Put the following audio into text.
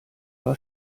war